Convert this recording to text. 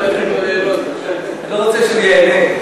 שר האוצר לא עושה פשקווילים,